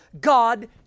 God